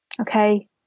Okay